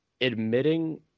admitting